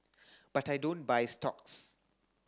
but I don't buy stocks